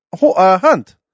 Hunt